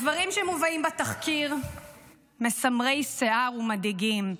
הדברים שמובאים בתחקיר מסמרי שיער ומדאיגים.